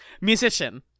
musician